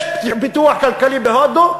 יש פיתוח כלכלי בהודו,